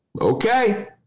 Okay